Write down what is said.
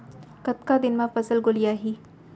कतका दिन म फसल गोलियाही?